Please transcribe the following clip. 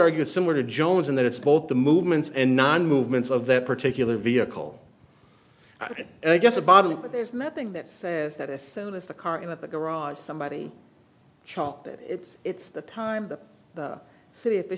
argue similar to jones in that it's both the movements and non movements of that particular vehicle i'd guess a bottom but there's nothing that says that as soon as the car in the garage somebody chopped it it's it's the time the city